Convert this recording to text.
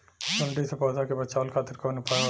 सुंडी से पौधा के बचावल खातिर कौन उपाय होला?